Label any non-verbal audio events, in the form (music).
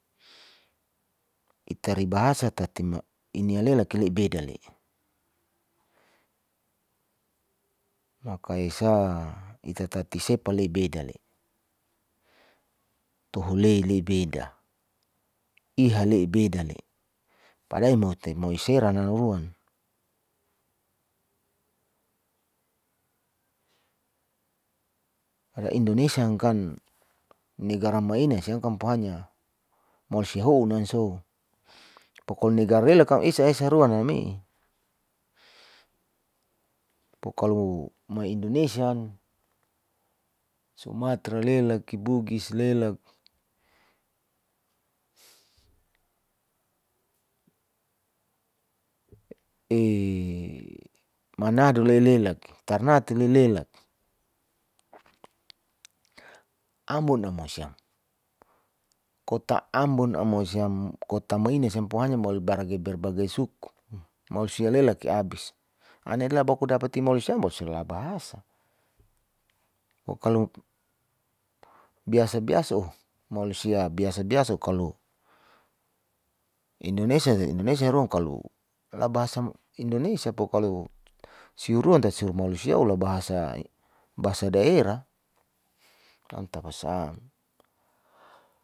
(noise) itari bahasa tatima inialelak beda'le maka esa ita tati sepa le bedal 'le, tohule leibeda, iha le ibeda le, padahal imate mau seran naruan (hesitation) hada indonesia ngkan negara maina si'ang kan puhanya malosiahoun anso poka negera lelak kn esa esa ruan naname. (noise) pokalo mai indonesia sumtra lelak. bugis lelak (hesitation) manado le lalak, tarnate le lelak, (noise) ambon amosim, kota ambon amosiam kota maina siam kota maina siampo hanya balagai berbagai suku malosia lelak'i abis aninla bakudapa timalosiam sela bahasa. Pokalo biasa biasa oh malosia biasa biasa okalo indonesa haruan kalo la bahasa indonesia pokalo siruan tati silamalusia ola bahasa daerah, anta pasm